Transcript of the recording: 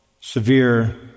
severe